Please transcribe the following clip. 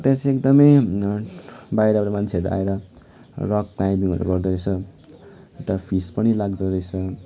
र त्यहाँ चाहिँ एकदमै बाहिरबाट मान्छेहरू आएर रक क्लाइम्बिङहरू गर्दो रहेछ अन्त फिस पनि लाग्दो रहेछ